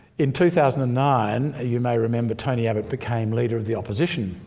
in two thousand and nine, you may remember, tony abbott became leader of the opposition,